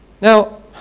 Now